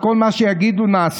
אז כל מה שיגידו נעשה?